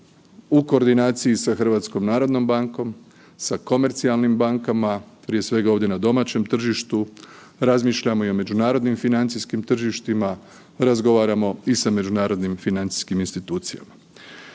u koordinaciji sa HNB-om, sa komercijalnim bankama, prije svega ovdje na domaćem tržištu, razmišljamo i o međunarodnim financijskim tržištima, razgovaramo i sa međunarodnim financijskim institucijama.